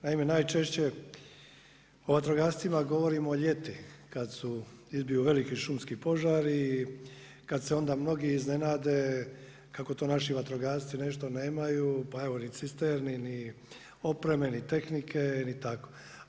Naime, najčešće o vatrogascima govorimo ljeti kad izbiju veliki šumski požari, kad se onda mnogi iznenade kako to naši vatrogasci nešto nemaju, pa evo ni cisterni, ni opreme, ni tehnike i tako.